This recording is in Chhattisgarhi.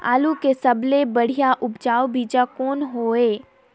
आलू के सबले बढ़िया उपजाऊ बीजा कौन हवय?